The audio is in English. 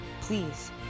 please